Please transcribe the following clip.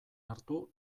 hartu